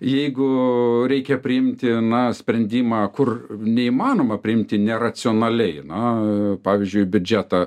jeigu reikia priimti na sprendimą kur neįmanoma priimti neracionaliai na pavyzdžiui biudžetą